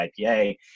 IPA